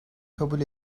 kabul